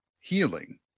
healing